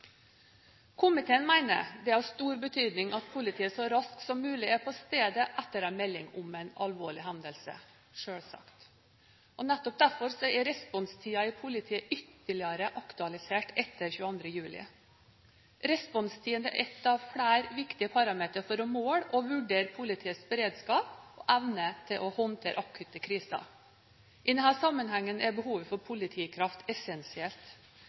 Komiteen mener det er av stor betydning at politiet så raskt som mulig er på stedet etter en melding om en alvorlig hendelse – selvsagt! Nettopp derfor er responstiden i politiet ytterligere aktualisert etter 22. juli. Responstiden er et av flere viktige parametre for å måle og vurdere politiets beredskap og evne til å håndtere akutte kriser. I denne sammenhengen er behovet for politikraft essensielt.